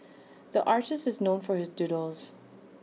the artist is known for his doodles